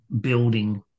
building